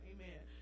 Amen